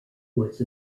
was